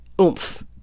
oomph